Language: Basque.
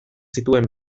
zituen